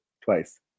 Twice